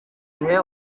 gihe